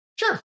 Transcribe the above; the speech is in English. Sure